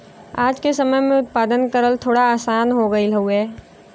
आज के समय में उत्पादन करल थोड़ा आसान हो गयल हउवे